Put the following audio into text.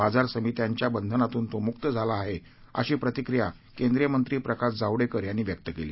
बाजार समित्यांच्या बंधनातून तो मुक झाला आहे अशी प्रतिक्रिया केंद्रीय मंत्री प्रकाश जावडेकर यांनी व्यक्त केली